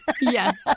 Yes